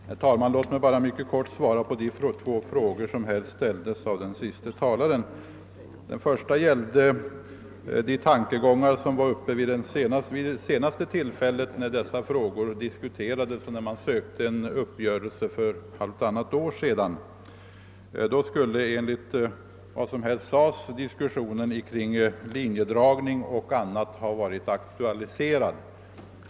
Herr talman! Låt mig bara mycket kort svara på de frågor som ställdes av den senaste talaren. Den första frågan gällde de tankegångar som var uppe till behandling vid det senaste tillfälle då dessa frågor diskuterades och man sökte nå en uppgörelse — för halvtannat år sedan. Då skulle, enligt vad som här anfördes, diskussionen kring linjedragning och liknande ha varit aktualiserad.